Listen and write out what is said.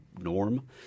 norm